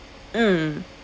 mm